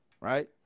Right